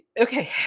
okay